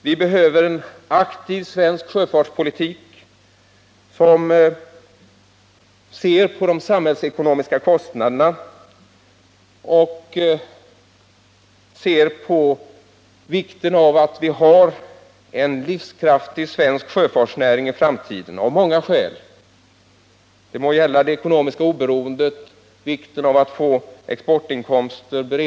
Vi behöver en aktiv svensk sjöfartspolitik som tar hänsyn till de samhällsekonomiska kostnaderna och utgår från att vi i framtiden behöver en livskraftig svensk sjöfartsnäring. Det är viktigt även för det ekonomiska oberoendet, även för att få exportinkomster.